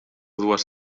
dues